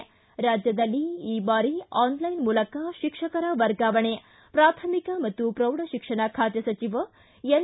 ಿ ರಾಜ್ಯದಲ್ಲಿ ಈ ಬಾರಿ ಆನ್ಲೈನ್ ಮೂಲಕ ಶಿಕ್ಷಕರ ವರ್ಗಾವಣೆ ಪ್ರಾಥಮಿಕ ಮತ್ತು ಪ್ರೌಢ ಶಿಕ್ಷಣ ಖಾತೆ ಸಚಿವ ಎನ್